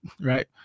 right